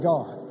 God